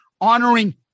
honoring